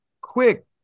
quick